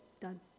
done